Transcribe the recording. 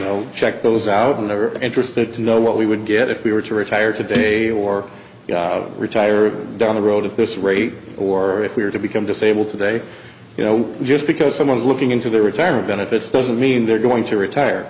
know check those out never interested to know what we would get if we were to retire today or retire down the road at this rate or if we were to become disabled today you know just because someone is looking into their retirement benefits doesn't mean they're going to retire